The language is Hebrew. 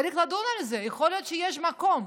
צריך לדון על זה, יכול להיות שיש מקום.